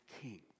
king